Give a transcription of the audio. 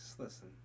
listen